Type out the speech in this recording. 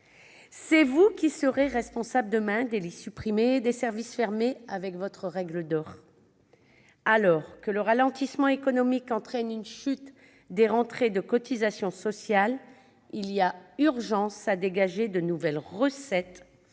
C'est elle qui sera responsable, demain, des lits supprimés, et des services fermés à cause de sa règle d'or ! Alors que le ralentissement économique entraîne une chute des rentrées de cotisations sociales, il y a urgence à dégager de nouvelles recettes plutôt que